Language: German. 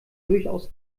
durchaus